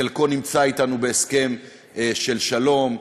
חלקו נמצא אתנו בהסכם של שלום.